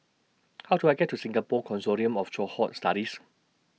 How Do I get to Singapore Consortium of Cohort Studies